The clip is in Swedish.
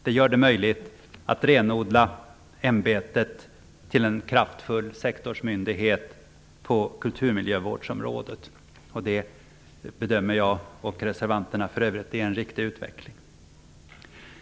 Det gör det möjligt att renodla ämbetet och göra det till en kraftfull sektorsmyndighet på kulturmiljövårdsområdet. Detta bedömer jag, och för övrigt också de andra reservanterna, är en riktig utveckling.